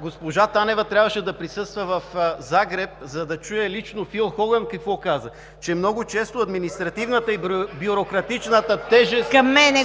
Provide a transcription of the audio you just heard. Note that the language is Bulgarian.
Госпожа Танева трябваше да присъства в Загреб, за да чуе лично какво каза Фил Холъм: много често административната и бюрократичната тежест